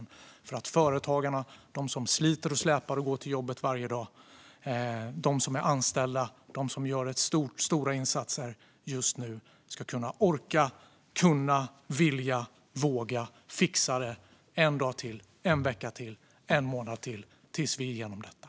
Vi måste se till att företagare och anställda som sliter och släpar varje dag och gör stora insatser ska orka, kunna, vilja och våga fixa det en dag till, en vecka till, en månad till tills vi är igenom detta.